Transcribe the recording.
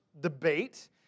debate